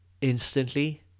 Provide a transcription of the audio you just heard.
Instantly